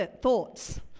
thoughts